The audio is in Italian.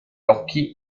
occhi